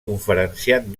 conferenciant